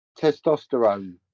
testosterone